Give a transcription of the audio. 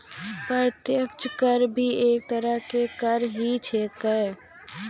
प्रत्यक्ष कर भी एक तरह के कर ही छेकै